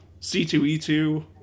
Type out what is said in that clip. C2E2